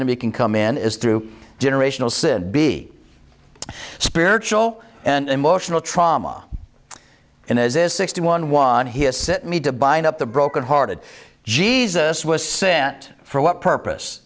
enemy can come in is through generational sin be spiritual and emotional trauma and as this sixty one one he has set me to bind up the broken hearted jesus was sent for what purpose